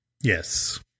Yes